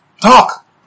talk